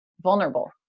vulnerable